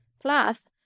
Plus